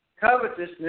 Covetousness